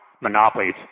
monopolies